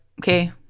okay